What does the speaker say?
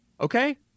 Okay